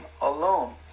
alone